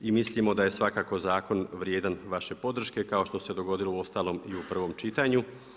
I mislimo da je svakako zakon vrijedan vaše podrške kao što se dogodilo uostalom i u prvom čitanju.